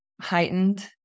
heightened